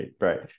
right